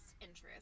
interest